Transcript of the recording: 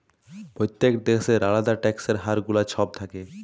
প্যত্তেক দ্যাশের আলেদা ট্যাক্সের হার গুলা ছব থ্যাকে